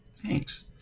Thanks